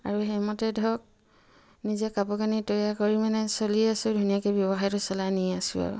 আৰু সেইমতে ধৰক নিজে কাপোৰ কানি তৈয়াৰ কৰি মানে চলি আছোঁ ধুনীয়াকৈ ব্যৱসায়টো চলাই নি আছোঁ আৰু